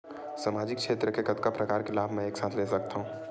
सामाजिक क्षेत्र के कतका प्रकार के लाभ मै एक साथ ले सकथव?